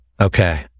Okay